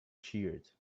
cheered